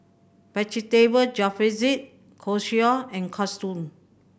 Vegetable Jalfrezi Chorizo and Katsudon